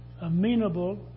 amenable